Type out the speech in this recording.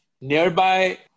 Nearby